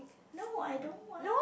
no I don't want